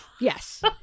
yes